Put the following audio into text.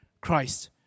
Christ